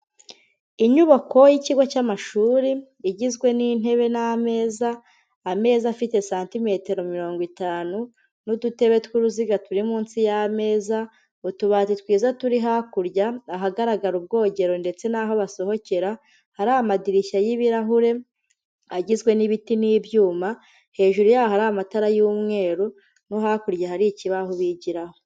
Inyubako y'ikigo cy'amashuri igizwe n'intebe n'ameza, ameza afite santimetero mirongo itanu n'udutebe tw'uruziga turi munsi y'ameza, utubari twiza turi hakurya ahagaragara ubwogero ndetse n'aho basohokera, hari amadirishya y'ibirahure agizwe n'ibiti n'ibyuma, hejuru yaho ari amatara y'umweru no hakurya hari ikibaho bigiraho.